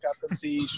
captaincy